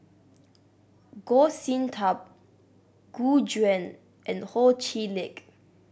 Goh Sin Tub Gu Juan and Ho Chee Lick